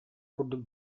курдук